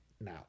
now